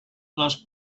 les